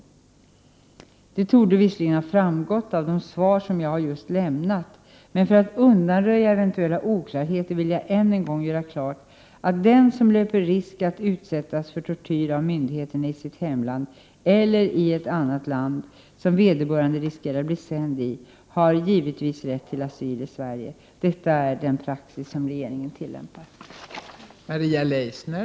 Det torde visserligen ha framgått av de svar som jag just lämnat, men för att undanröja eventuella oklarheter, vill jag än en gång göra klart, att den som löper risk för att utsättas för tortyr av myndigheterna i sitt hemland, eller i ett annat land, som vederbörande riskerar att bli sänd till, givetvis har rätt till asyl i Sverige. Detta är den praxis som regeringen tillämpar.